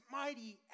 mighty